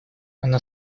она